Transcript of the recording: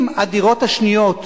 אם הדירות השניות יירכשו,